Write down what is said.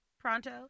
Pronto